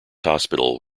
hospital